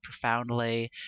profoundly